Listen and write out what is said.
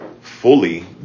fully